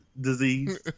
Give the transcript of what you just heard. disease